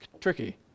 tricky